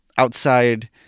Outside